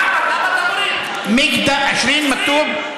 למה אתה מוריד, (אומר בערבית: כתוב 20?